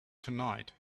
tonight